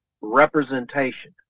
representation